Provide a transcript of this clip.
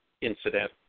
incident